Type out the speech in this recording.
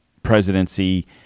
presidency